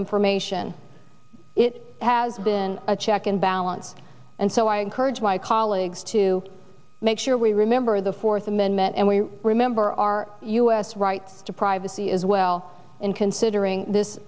information it has been a check and balance and so i encourage my colleagues to make sure we remember the fourth amendment and we remember our u s right to privacy as well and considering this